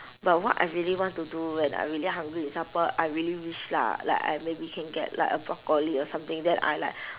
but what I really what to do when I really hungry in supper I really wish lah like I maybe can get like a broccoli or something then I like